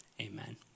Amen